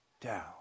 down